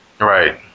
Right